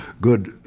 good